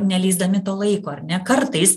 neleisdami to laiko ar ne kartais